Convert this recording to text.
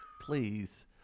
please